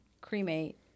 cremate